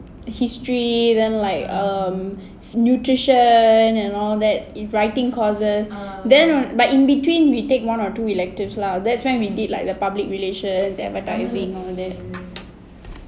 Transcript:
history then like um nutrition and all that writing courses then but in between we take one or two electives lah that's when we did like the public relations advertising all that